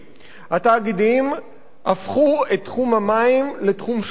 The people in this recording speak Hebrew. התאגידים הפכו את תחום המים לתחום של סחורה.